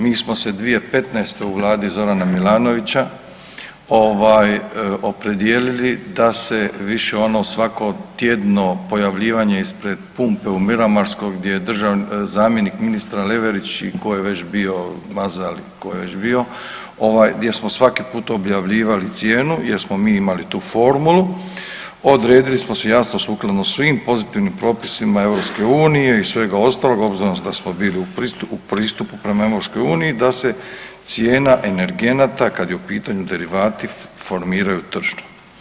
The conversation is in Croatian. Mi smo se 2015. u vladi Zorana Milanovića ovaj opredijeli da se više ono svakotjedno pojavljivanje ispred pumpe u Miramarskoj gdje je zamjenik ministra Leverić ili tko je već bio Mazal ili tko je već bio gdje smo svaki put objavljivali cijenu jer smo mi imali tu formulu, odredili smo se jasno sukladno svim pozitivnim propisima EU i svega ostaloga obzirom da smo bili u pristupu prema EU da se cijena energenata kad je u pitanju derivati formiraju tržno.